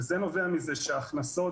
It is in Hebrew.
וזה נובע מכך שההכנסות